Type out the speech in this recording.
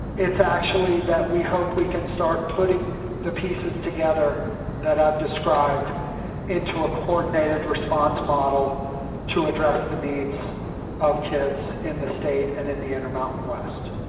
it's actually that we hope we can start putting the pieces together that i've described into a coordinated response model to address the needs of kids in the state and in the intermountain west.